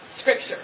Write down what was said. scripture